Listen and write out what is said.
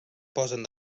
posen